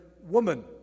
woman